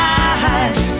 eyes